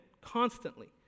Constantly